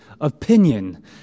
opinion